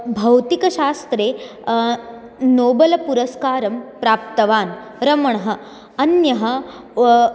भौतिकशास्त्रे नोबलपुरस्कारं प्राप्तवान् रमणः अन्यः व